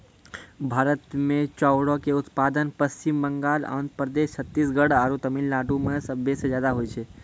भारत मे चाउरो के उत्पादन पश्चिम बंगाल, आंध्र प्रदेश, छत्तीसगढ़ आरु तमिलनाडु मे सभे से ज्यादा होय छै